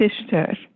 sister